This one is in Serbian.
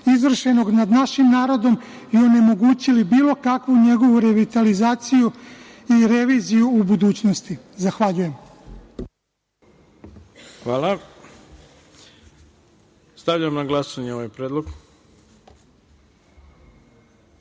izvršenog nad našim narodom i onemogućili bilo kakvu njegovu revitalizaciju i reviziju u budućnosti. Zahvaljujem. **Ivica Dačić** Hvala. Stavljam na glasanje ovaj